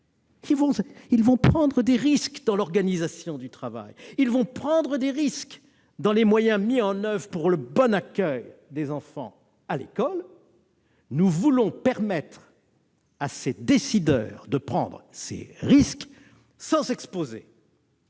vont prendre des risques dans l'organisation du travail ; elles vont prendre des risques pour le bon accueil des enfants à l'école. Nous voulons permettre à ces décideurs de prendre ces risques sans s'exposer